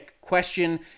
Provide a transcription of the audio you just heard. question